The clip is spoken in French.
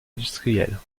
industrielles